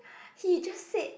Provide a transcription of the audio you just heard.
he just said